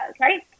right